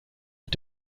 mit